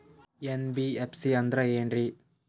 NBFC ಅಂದ್ರ ಏನ್ರೀ?